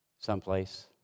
someplace